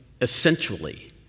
essentially